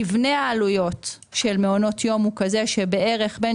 מבנה העלויות של מעונות יום הוא כזה שבערך בין